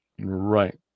Right